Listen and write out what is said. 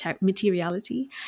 Materiality